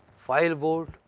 file board,